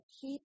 keep